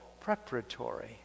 preparatory